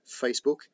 Facebook